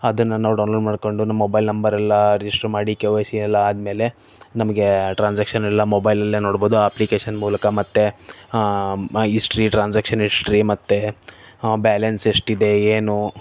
ಅದನ್ನು ನಾವು ಡೌನ್ಲೋಡ್ ಮಾಡಿಕೊಂಡು ನಮ್ಮ ಮೊಬೈಲ್ ನಂಬರ್ ಎಲ್ಲ ರಿಜಿಶ್ಟ್ರ್ ಮಾಡಿ ಕೆ ವೈ ಸಿ ಎಲ್ಲಆದಮೇಲೆ ನಮಗೆ ಟ್ರಾನ್ಸ್ಯಾಕ್ಷನ್ ಎಲ್ಲ ಮೊಬೈಲ್ಲಲ್ಲೇ ನೋಡ್ಬೋದು ಆ ಅಪ್ಲಿಕೇಶನ್ ಮೂಲಕ ಮತ್ತೆ ಹಿಸ್ಟರಿ ಟ್ರಾನ್ಸ್ಯಾಕ್ಷನ್ ಹಿಸ್ಟರಿ ಮತ್ತೆ ಬ್ಯಾಲೆನ್ಸ್ ಎಷ್ಟು ಇದೆ ಏನು